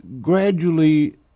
gradually